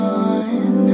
on